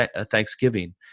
thanksgiving